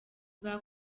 bandi